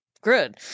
good